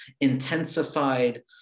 intensified